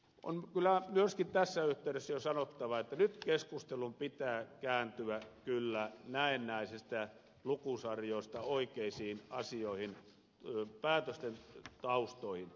on kyllä myöskin tässä yhteydessä jo sanottava että nyt keskustelun pitää kääntyä kyllä näennäisistä lukusarjoista oikeisiin asioihin päätösten taustoihin